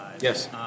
Yes